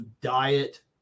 diet